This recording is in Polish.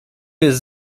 jest